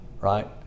right